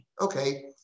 Okay